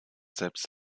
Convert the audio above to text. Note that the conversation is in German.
selbst